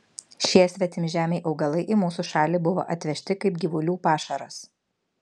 šie svetimžemiai augalai į mūsų šalį buvo atvežti kaip gyvulių pašaras